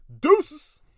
deuces